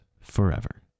forever